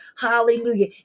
hallelujah